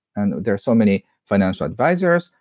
and there are so many financial advisers,